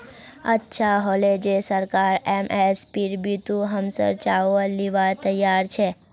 अच्छा हले जे सरकार एम.एस.पीर बितु हमसर चावल लीबार तैयार छ